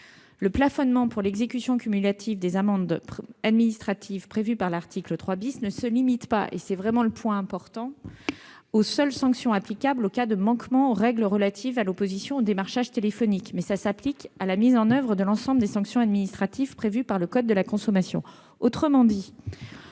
Le plafonnement pour l'exécution cumulative des amendes administratives prévu par l'article 3 ne se limite pas- c'est un point important -aux seules sanctions applicables en cas de manquement aux règles relatives à l'opposition au démarchage téléphonique. Il s'applique également à la mise en oeuvre de l'ensemble des sanctions administratives prévues par le code de la consommation. Autrement dit,